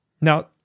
Now